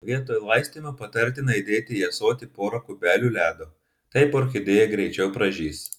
vietoje laistymo patartina įdėti į ąsotį pora kubelių ledo taip orchidėja greičiau pražys